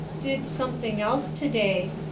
did something else today,